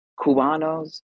Cubanos